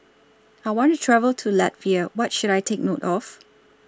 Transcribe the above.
I want to travel to Latvia What should I Take note of